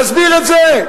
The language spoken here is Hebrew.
תסביר את זה.